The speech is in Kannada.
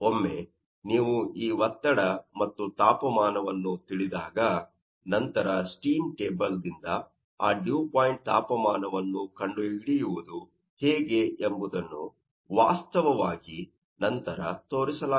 ಒಮ್ಮೆ ನೀವು ಈ ಒತ್ತಡ ಮತ್ತು ತಾಪಮಾನವನ್ನು ತಿಳಿದಾದ ನಂತರ ಸ್ಟೀಮ್ ಟೇಬಲ್ ದಿಂದ ಆ ಡಿವ್ ಪಾಯಿಂಟ್ ತಾಪಮಾನವನ್ನು ಕಂಡುಹಿಡಿಯುವುದು ಹೇಗೆ ಎಂಬುದನ್ನು ವಾಸ್ತವವಾಗಿ ನಂತರ ತೋರಿಸಲಾಗುತ್ತದೆ